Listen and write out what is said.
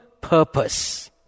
purpose